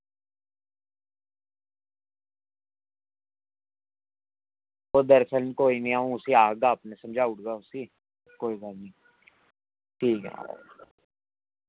ओह् दरअसल कोई निं अं'ऊ उसी आखगा अपने समझाई ओड़गा उसी कोई गल्ल निं ठीक ऐ